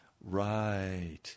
Right